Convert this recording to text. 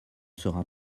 sera